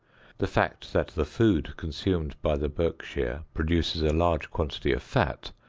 the fact that the food consumed by the berkshire produces a large quantity of fat,